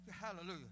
hallelujah